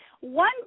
One